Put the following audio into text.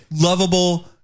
Lovable